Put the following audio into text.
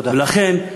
לכן,